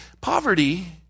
poverty